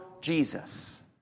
Jesus